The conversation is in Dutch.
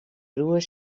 broer